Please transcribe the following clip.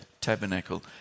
tabernacle